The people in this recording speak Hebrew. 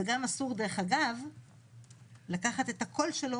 וגם אסור דרך אגב לקחת את הקול שלו